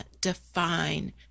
define